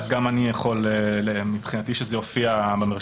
על תנאי אז גם מבחינתי שזה יופיע במרשם.